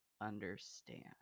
understand